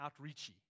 outreachy